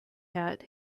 hat